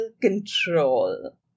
control